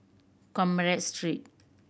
Commerce Street